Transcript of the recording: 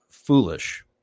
foolish